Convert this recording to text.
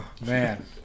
man